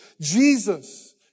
Jesus